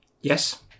Yes